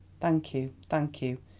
thank you, thank you,